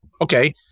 okay